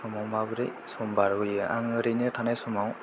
समाव माबोरै सम बारहोयो आं ओरैनो थानाय समाव